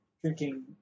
drinking